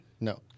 No